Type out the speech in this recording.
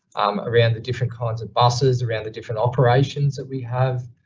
um, around the different kinds of buses, around the different operations that we have.